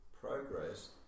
progress